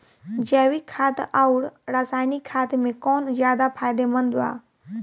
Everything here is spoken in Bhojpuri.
जैविक खाद आउर रसायनिक खाद मे कौन ज्यादा फायदेमंद बा?